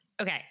Okay